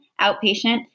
outpatient